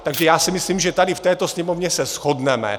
Takže já si myslím, že tady v této Sněmovně se shodneme.